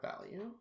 value